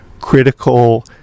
critical